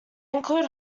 include